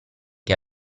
che